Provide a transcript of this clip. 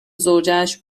زوجهاش